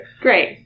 Great